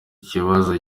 ikibazo